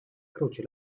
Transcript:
croce